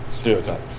stereotypes